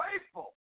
faithful